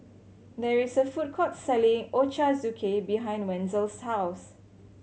there is a food court selling Ochazuke behind Wenzel's house